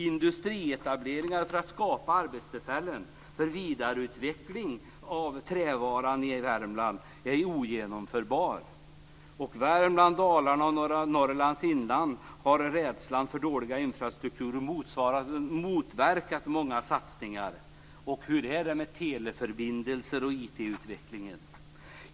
Industrietableringar för att skapa arbetstillfällen och vidareutveckling av träråvaran i Värmland är ogenomförbara. I Värmland, Dalarna och norra Norrlands inland har rädslan för dålig infrastruktur motverkat många satsningar. Hur är det med teleförbindelser och IT-utvecklingen?